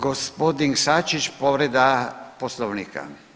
Gospodin Sačić povreda poslovnika.